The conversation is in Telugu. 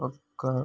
ఒక్క